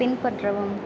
பின்பற்றவும்